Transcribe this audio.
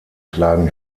klagen